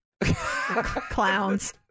clowns